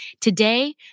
Today